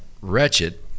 wretched